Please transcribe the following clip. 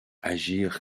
agir